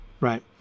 right